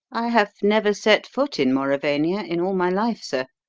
i have never set foot in mauravania in all my life, sir.